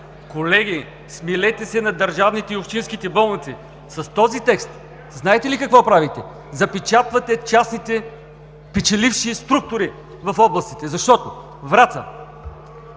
Колеги, смилете се над държавните и общинските болници! С този текст знаете ли какво правите? (Шум и реплики.) Запечатвате частните печеливши структури в областите! Враца